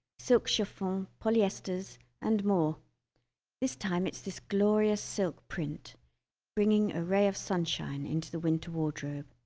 silk chiffon, polyesters and more this time it's this glorious silk print bringing a ray of sunshine into the winter wardrobe